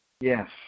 Yes